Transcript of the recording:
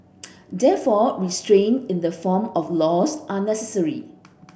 therefore restraint in the form of laws are necessary